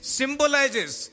symbolizes